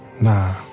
nah